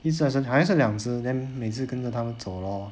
一只还是还是两只 then 每次跟着他们走 lor